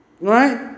Right